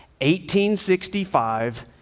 1865